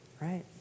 right